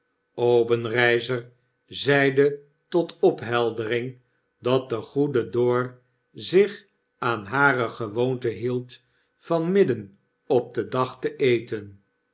obenreizer zeide tot opheldering dat de goede dor zich aan hare gewoonte hield van midden op den dag te eten